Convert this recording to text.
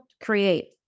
create